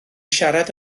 siarad